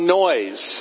noise